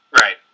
Right